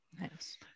Nice